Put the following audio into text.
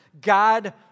God